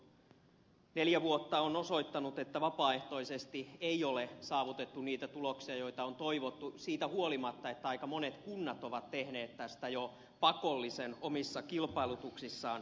tuo neljä vuotta on osoittanut että vapaaehtoisesti ei ole saavutettu niitä tuloksia joita on toivottu siitä huolimatta että aika monet kunnat ovat tehneet tästä jo pakollisen omissa kilpailutuksissaan